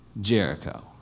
Jericho